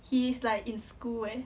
he's like in school eh